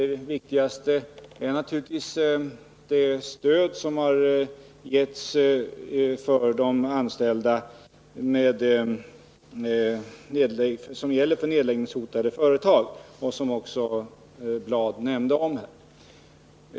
Det viktigaste är naturligtvis bidragen från anslaget för stöd till nedläggningshotade företag, vilket också nämndes av Lennart Bladh.